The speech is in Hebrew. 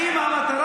הדבר